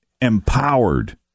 empowered